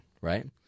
right